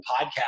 podcast